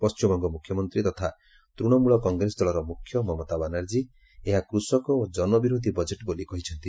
ପଶ୍ଚିମବଙ୍ଗ ମୁଖ୍ୟମନ୍ତ୍ରୀ ତଥା ତୃଣମୂଳ କଂଗ୍ରେସ ଦଳର ମୁଖ୍ୟ ମମତା ବାନାର୍ଜୀ ଏହା କୃଷକ ଓ ଜନବିରୋଧୀ ବଜେଟ ବୋଲି ବୋଲି କହିଚ୍ଛନ୍ତି